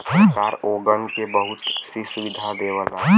सरकार ओगन के बहुत सी सुविधा देवला